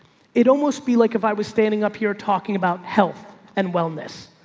it almost be like if i was standing up here talking about health and wellness,